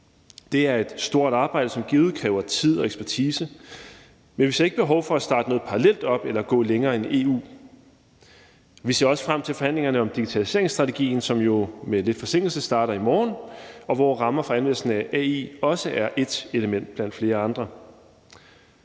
Det er et stort arbejde, som givet kræver tid og ekspertise. Men vi ser ikke behov for at starte noget parallelt op eller gå længere end EU. Vi ser også frem til forhandlingerne om digitaliseringsstrategien, som jo med lidt forsinkelse starter i morgen, og hvor rammer for anvendelsen af AI også er ét element blandt flere andre.